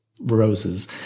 roses